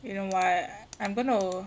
you know what I'm going to